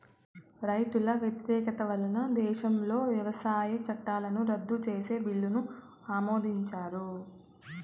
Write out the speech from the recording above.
రైతుల వ్యతిరేకత వలన దేశంలో వ్యవసాయ చట్టాలను రద్దు చేసే బిల్లును ఆమోదించారు